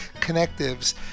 connectives